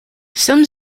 some